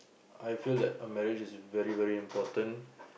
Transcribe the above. I feel that a marriage is very very important